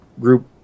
group